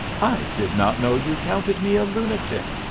i did not know you counted me a lunatic,